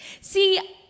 See